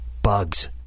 Bugs